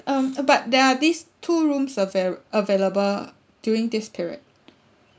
um but there are these two rooms avail~ available during this period